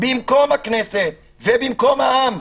במקום הכנסת ובמקום העם.